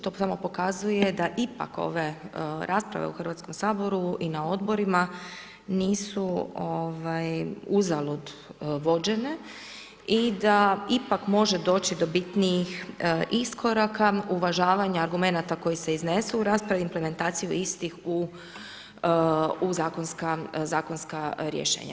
To mi samo pokazuje da ipak ove rasprave u Hrvatskom saboru, i na odborima, nisu uzalud vođenje i da ipak može doći do bitnijih iskoraka, uvažavanje argumenata koje se iznesu u raspravi, implementaciju istih u zakonska rješenja.